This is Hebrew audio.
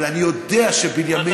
אבל אני יודע שבנימין,